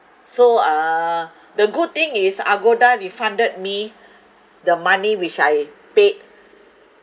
so uh the good thing is agoda refunded me the money which I paid